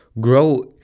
grow